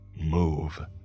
Move